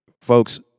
Folks